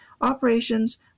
operations